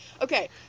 Okay